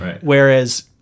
Whereas